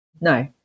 No